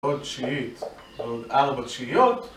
עוד תשיעית, עוד ארבע תשיעיות